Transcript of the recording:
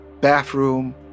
bathroom